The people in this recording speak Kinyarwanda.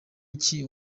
iki